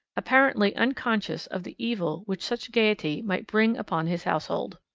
apparently unconscious of the evil which such gaiety might bring upon his household.